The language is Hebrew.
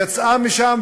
יצאה משם,